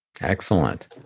Excellent